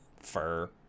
fur